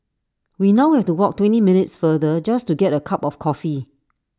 we now have to walk twenty minutes farther just to get A cup of coffee